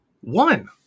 One